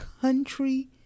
country